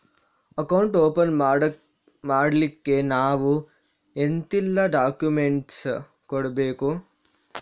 Account open ಮಾಡ್ಲಿಕ್ಕೆ ನಾವು ಎಂತೆಲ್ಲ ಡಾಕ್ಯುಮೆಂಟ್ಸ್ ಕೊಡ್ಬೇಕು?